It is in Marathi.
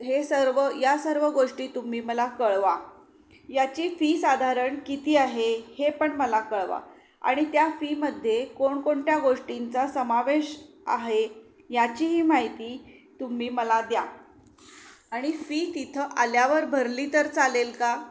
हे सर्व या सर्व गोष्टी तुम्ही मला कळवा याची फी साधारण किती आहे हे पण मला कळवा आणि त्या फीमध्ये कोणकोणत्या गोष्टींचा समावेश आहे याचीही माहिती तुम्ही मला द्या आणि फी तिथं आल्यावर भरली तर चालेल का